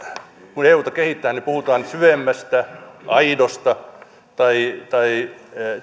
kun euta kehitetään niin puhutaan syvemmästä aidosta tai tai